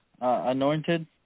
Anointed